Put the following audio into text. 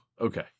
Okay